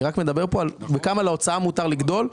אני מדבר בכמה להוצאה מותר לגדול,